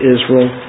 Israel